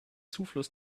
zufluss